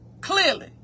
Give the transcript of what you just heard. clearly